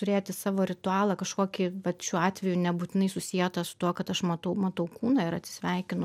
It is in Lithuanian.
turėti savo ritualą kažkokį vat šiuo atveju nebūtinai susietą su tuo kad aš matau matau kūną ir atsisveikinu